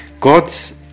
God's